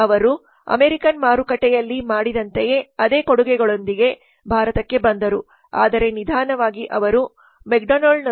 Donald's ಅವರು American ಮಾರುಕಟ್ಟೆಯಲ್ಲಿ ಮಾಡಿದಂತೆಯೇ ಅದೇ ಕೊಡುಗೆಗಳೊಂದಿಗೆ ಭಾರತಕ್ಕೆ ಬಂದರು ಆದರೆ ನಿಧಾನವಾಗಿ ಅವರು ಮೆಕ್ಡೊನಾಲ್ಡ್Mc